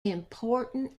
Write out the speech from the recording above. important